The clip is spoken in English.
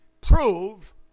Prove